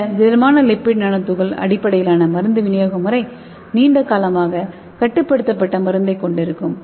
இந்த திடமான lipid nano துகள் அடிப்படையிலான மருந்து விநியோக முறை நீண்டகாலமாக கட்டுப்படுத்தப்பட்ட மருந்தைக் கொண்டிருக்கும்